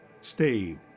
Stay